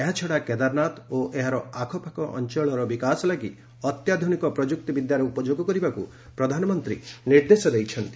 ଏହାଛଡ଼ା କେଦାରନାଥ ଓ ଏହାର ଆଖପାଖ ଅଞ୍ଚଳର ବିକାଶ ଲାଗି ଅତ୍ୟାଧୁନିକ ପ୍ରଯୁକ୍ତି ବିଦ୍ୟାର ଉପଯୋଗ କରିବାକୁ ପ୍ରଧାନମନ୍ତ୍ରୀ ନିର୍ଦ୍ଦେଶ ଦେଇଛନ୍ତି